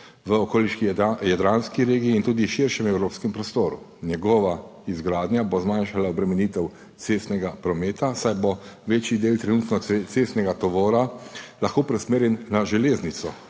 v okoliški jadranski regiji in tudi širšem evropskem prostoru. Njegova izgradnja bo zmanjšala obremenitev cestnega prometa, saj bo večji del trenutno cestnega tovora lahko preusmerjen na železnico.